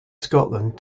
scotland